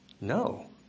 no